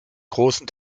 großen